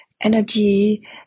energy